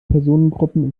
personengruppen